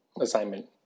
assignment